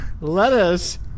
Lettuce